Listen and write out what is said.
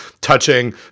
touching